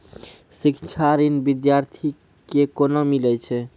शिक्षा ऋण बिद्यार्थी के कोना मिलै छै?